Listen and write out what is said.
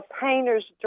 painter's